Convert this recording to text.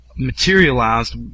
materialized